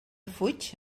fuig